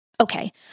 Okay